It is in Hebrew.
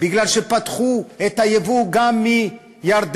כי פתחו את הייבוא גם מירדן,